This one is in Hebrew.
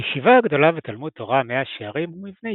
הישיבה הגדולה ותלמוד תורה מאה שערים הוא מבנה